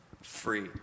free